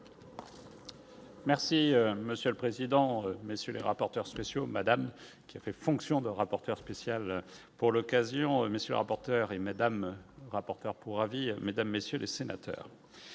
Merci monsieur le président, messieurs les rapporteurs spéciaux madame qui a fait fonction de rapporteur spécial pour l'occasion, monsieur rapporterait Madame, rapporteur pour avis, mesdames, messieurs les sénateurs,